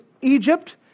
Egypt